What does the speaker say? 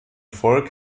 volk